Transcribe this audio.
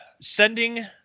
sending